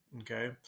Okay